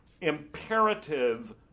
imperative